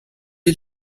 est